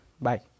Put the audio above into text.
Bye